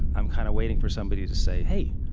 i'm kind of waiting for somebody to say, hey,